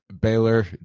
Baylor